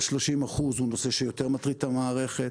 30% הוא נושא שיותר מטריד את המערכת,